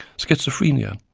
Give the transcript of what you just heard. schizophrenia,